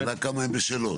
השאלה כמה הן בשלות.